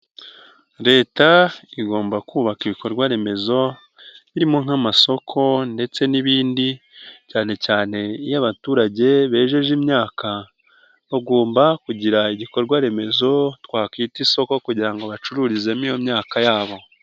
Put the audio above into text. Leta igomba kubaka ibikorwaremezo, birimo nk'amasoko ndetse n'ibindi, cyanecyane iyo abaturage bejeje imyaka, bagomba kugira igikorwaremezo twakwita isoko kugira ngo bacururizemo iyo myaka yabo.